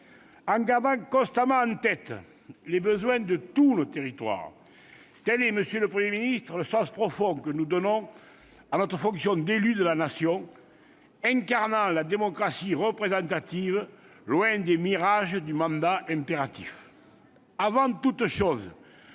en gardant constamment en tête les besoins de tous nos territoires. Tel est en effet, monsieur le Premier ministre, le sens profond que nous donnons à notre fonction d'élus de la Nation, nous qui incarnons la démocratie représentative, loin des mirages du mandat impératif. Avant toute chose,